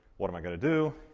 what am i gonna do?